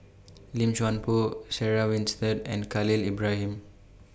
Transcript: Lim Chuan Poh Sarah Winstedt and Khalil Ibrahim